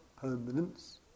permanence